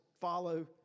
follow